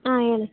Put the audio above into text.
ಆಂ ಹೇಳಿ